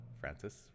Francis